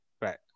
Right